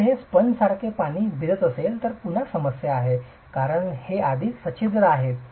जर ते स्पंजसारखे पाणी भिजत असेल तर पुन्हा समस्या आहे कारण ते आधीच सच्छिद्र आहे आहे